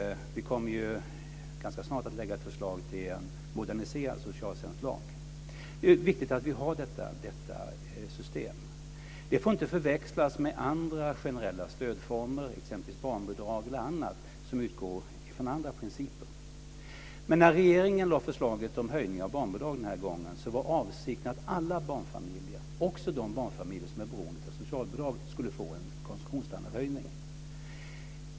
Vi kommer ganska snart att lägga ett förslag till en moderniserad socialtjänstlag. Det är viktigt att vi har detta system. Det får inte förväxlas med andra generella stödformer, exempelvis barnbidrag eller annat, som utgår från andra principer. När regeringen lade förslaget om höjning av barnbidraget den här gången var avsikten att alla barnfamiljer, också de barnfamiljer som är beroende av socialbidrag, skulle få en konsumtionsstandardhöjning.